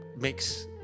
makes